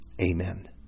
amen